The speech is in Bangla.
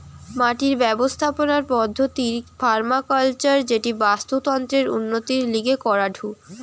মাটির ব্যবস্থাপনার পদ্ধতির পার্মাকালচার যেটি বাস্তুতন্ত্রের উন্নতির লিগে করাঢু